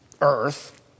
Earth